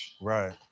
Right